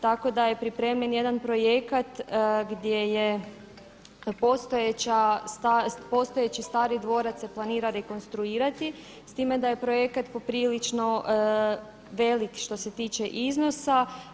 Tako da je pripremljen jedan projekat gdje postojeći stari dvorac se planira rekonstruirati, s time da je projekat poprilično velik što se tiče iznosa.